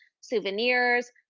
souvenirs